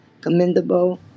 commendable